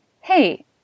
hey